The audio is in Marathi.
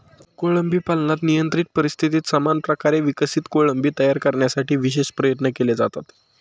कोळंबी पालनात नियंत्रित परिस्थितीत समान प्रकारे विकसित कोळंबी तयार करण्यासाठी विशेष प्रयत्न केले जातात